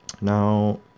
Now